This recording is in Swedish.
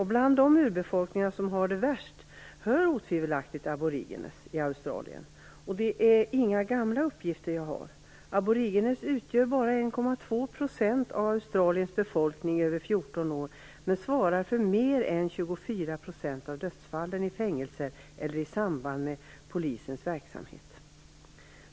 Till de urbefolkningar som har det värst hör otvivelaktigt aboriginerna i Australien. Det är inga gamla uppgifter jag har. Aboriginerna utgör bara 1,2 % av Australiens befolkning över 14 år men svarar för mer än 24 % av dödsfallen i fängelser eller i samband med polisens verksamhet.